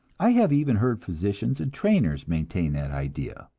i have even heard physicians and trainers maintain that idea.